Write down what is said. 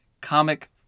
comic